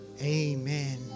Amen